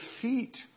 defeat